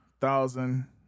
thousand